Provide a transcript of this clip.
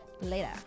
later